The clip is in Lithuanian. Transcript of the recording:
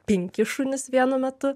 penki šunys vienu metu